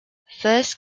first